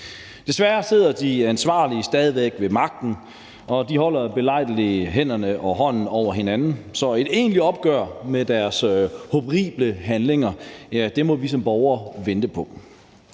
Desværre sidder de ansvarlige stadig væk ved magten, og de holder belejligt hånden over hinanden, så et egentlig opgør med deres horrible handlinger må vi som borgere vente på.